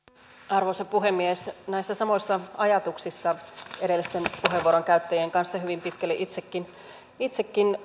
arvoisa puhemies näissä samoissa ajatuksissa edellisten puheenvuorojen käyttäjien kanssa hyvin pitkälle itsekin itsekin